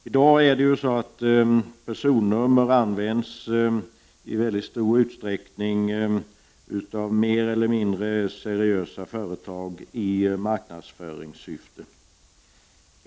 I dag används personnummer i mycket stor utsträckning av mer eller mindre seriösa företag i marknadsföringssyfte.